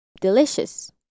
delicious